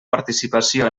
participació